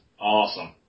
Awesome